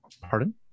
Pardon